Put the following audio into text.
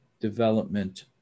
development